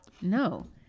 no